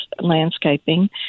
landscaping